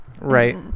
Right